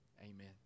Amen